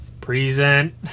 Present